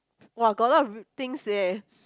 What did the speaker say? !wah! got a lot of things eh